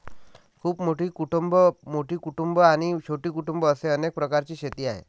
खूप मोठी कुटुंबं, मोठी कुटुंबं आणि छोटी कुटुंबं असे अनेक प्रकारची शेती आहे